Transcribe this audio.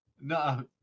No